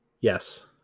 Yes